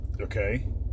okay